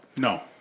No